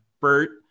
Bert